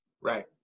Right